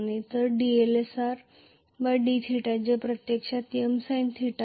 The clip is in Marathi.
तर dLsr dθ जे प्रत्यक्षात Msinθ आहे